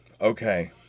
Okay